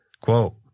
Quote